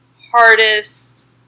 hardest